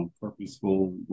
Purposeful